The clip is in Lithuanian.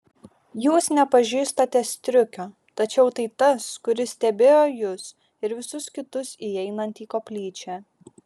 jūs nepažįstate striukio tačiau tai tas kuris stebėjo jus ir visus kitus įeinant į koplyčią